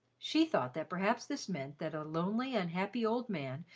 she thought that perhaps this meant that a lonely, unhappy old man,